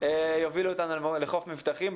יובילו אותנו לחוף מבטחים,